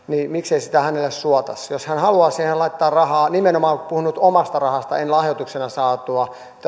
niin miksei sitä hänelle suotaisi jos hän haluaa siihen laittaa rahaa nimenomaan puhun nyt omasta rahasta en lahjoituksena saadusta tai jostain